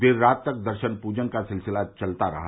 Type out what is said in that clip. देर रात तक दर्शन पूजन का सिलसिला चलता रहा